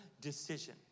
decision